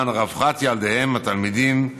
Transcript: למען רווחת ילדיהם התלמידים,